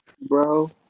bro